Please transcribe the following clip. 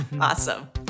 Awesome